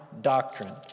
doctrine